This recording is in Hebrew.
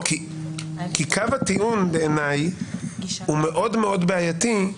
קו הטיעון בעיני, הוא מאוד מאוד בעייתי,